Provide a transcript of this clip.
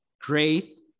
grace